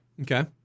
Okay